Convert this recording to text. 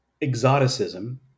exoticism